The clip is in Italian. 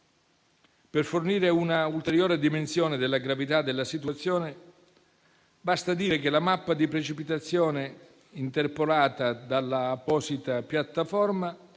Per fornire una ulteriore dimensione della gravità della situazione, basta dire che la mappa delle precipitazioni, interpolata dall'apposita piattaforma,